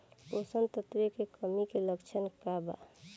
पोषक तत्व के कमी के लक्षण का वा?